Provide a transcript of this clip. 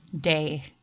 day